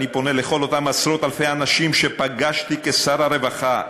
אני פונה לכל אותם עשרות-אלפי אנשים שפגשתי כשר הרווחה,